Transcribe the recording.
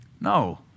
No